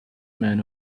man